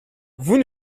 vous